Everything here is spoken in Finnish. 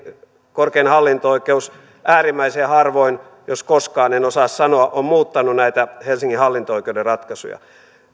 korkein hallinto oikeus äärimmäisen harvoin jos koskaan en osaa sanoa on muuttanut näitä helsingin hallinto oikeuden ratkaisuja